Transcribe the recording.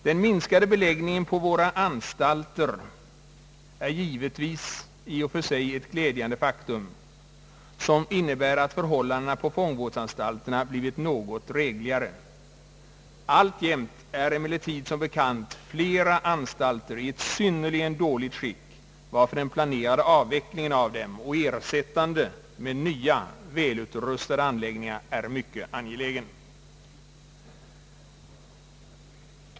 Den minskade beläggningen på våra anstalter är givetvis i och för sig ett glädjande faktum, som innebär att förhållandena på fångvårdsanstalterna blivit något drägligare. Alltjämt är emellertid som bekant flera anstalter i ett synnerligen dåligt skick, varför den planerade avvecklingen av dem och ersättandet med nya välutrustade anläggningar är något mycket angeläget.